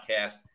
podcast